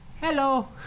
hello